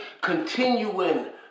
continuing